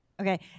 okay